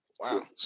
Wow